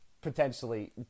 potentially